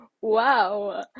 wow